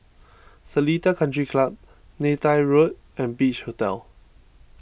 Seletar Country Club Neythai Road and Beach Hotel